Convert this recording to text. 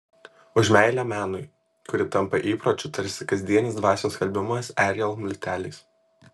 už meilę menui kuri tampa įpročiu tarsi kasdienis dvasios skalbimas ariel milteliais